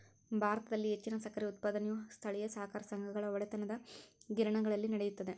ಭಾರತದಲ್ಲಿ ಹೆಚ್ಚಿನ ಸಕ್ಕರೆ ಉತ್ಪಾದನೆಯು ಸ್ಥಳೇಯ ಸಹಕಾರ ಸಂಘಗಳ ಒಡೆತನದಗಿರಣಿಗಳಲ್ಲಿ ನಡೆಯುತ್ತದೆ